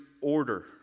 order